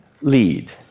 Lead